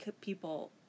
people